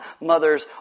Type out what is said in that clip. mothers